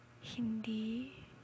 Hindi